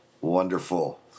wonderful